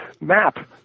map